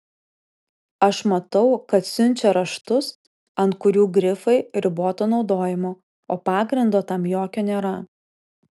aš matau kad siunčia raštus ant kurių grifai riboto naudojimo o pagrindo tam jokio nėra